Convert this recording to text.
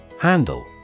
Handle